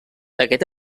aquest